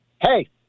Hey